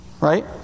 Right